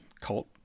cult